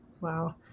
Wow